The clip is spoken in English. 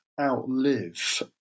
outlive